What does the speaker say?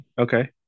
Okay